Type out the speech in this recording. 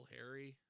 Harry